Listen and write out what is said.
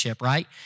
right